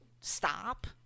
stop